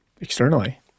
externally